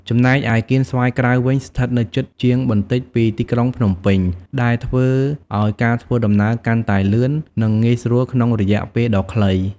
ចំណែកឯ កៀនស្វាយក្រៅ វិញ ស្ថិតនៅជិតជាងបន្តិចពីទីក្រុងភ្នំពេញ ដែលធ្វើឲ្យការធ្វើដំណើរកាន់តែលឿននិងងាយស្រួលក្នុងរយៈពេលដ៏ខ្លី។